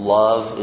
love